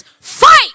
fight